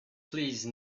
please